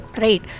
Right